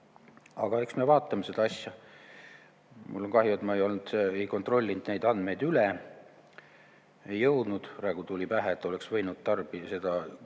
Aga eks me vaatame seda asja. Mul on kahju, et ma ei kontrollinud neid andmeid üle. Ei jõudnud. Praegu tuli pähe, et oleks võinud selle